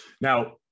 Now